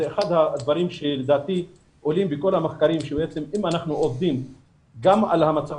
לדעתי זה אחד הדברים שעולים בכל המחקרים שאם אנחנו עובדים גם על המצב